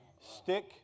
Stick